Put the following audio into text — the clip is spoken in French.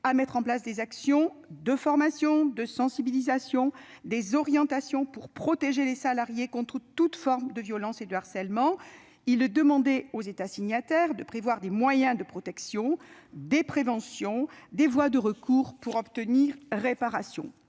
à mettre en place des actions de formation et de sensibilisation ou des orientations pour protéger les salariés contre toutes les formes de violence et de harcèlement. Il est demandé aux États signataires de prévoir des dispositifs de protection et de prévention, ainsi que des voies de recours pour obtenir réparation.